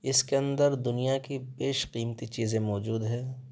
اس کے اندر دنیا کی بیش قیمتی چیزیں موجود ہے